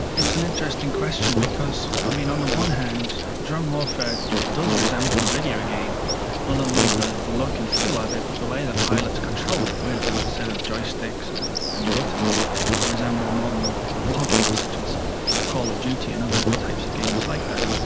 it's an interesting question because ah on the one hand drone warfare does resemble a video game, not only the the look and feel of it but the way the pilots control it, with a set of joysticks and and buttons that resemble modern war games such as call of duty and other types of games like that.